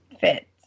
fit